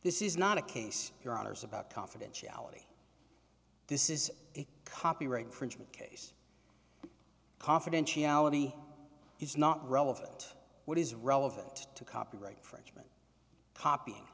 this is not a case your honour's about confidentiality this is copyright infringement case confidentiality is not relevant what is relevant to copyright infringement copying